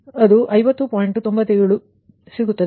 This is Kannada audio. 97 ಸಿಗುತ್ತದೆ